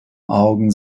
augen